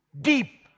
deep